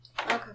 Okay